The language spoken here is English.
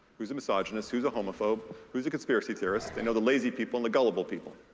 who's a misogynist, who's a homophobe, who's a conspiracy theorist. they know the lazy people and the gullible people.